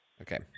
Okay